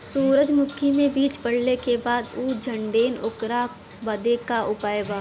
सुरजमुखी मे बीज पड़ले के बाद ऊ झंडेन ओकरा बदे का उपाय बा?